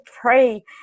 pray